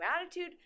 attitude